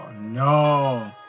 no